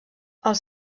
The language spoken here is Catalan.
els